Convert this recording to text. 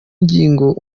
ngingo